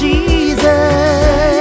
Jesus